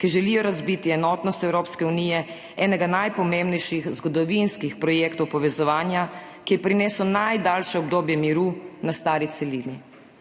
ki želijo razbiti enotnost Evropske unije, enega najpomembnejših zgodovinskih projektov povezovanja, ki je prinesel najdaljše obdobje miru na stari celini?